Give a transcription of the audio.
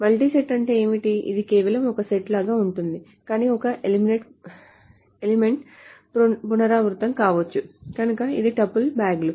multi set అంటే ఏమిటి ఇది కేవలం ఒక సెట్ లాగా ఉంటుంది కానీ ఒక ఎలిమెంట్ పునరావృతం కావచ్చు కనుక ఇది టపుల్స్ బ్యాగ్లు